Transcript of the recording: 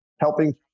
helping